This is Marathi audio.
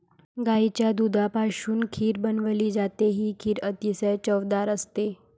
गाईच्या दुधापासून खीर बनवली जाते, ही खीर अतिशय चवदार असते